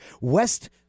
West